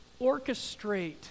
orchestrate